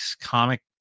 Comic